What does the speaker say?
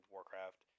Warcraft